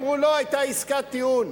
אמרו: לא, היתה עסקת טיעון.